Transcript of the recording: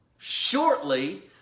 shortly